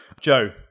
Joe